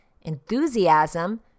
enthusiasm